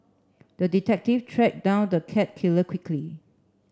the detective track down the cat killer quickly